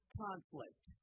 conflict